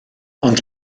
ond